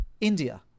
India